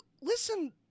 Listen